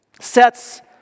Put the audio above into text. sets